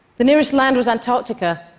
the nearest land was antarctica,